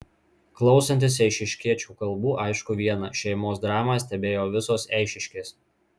klausantis eišiškiečių kalbų aišku viena šeimos dramą stebėjo visos eišiškės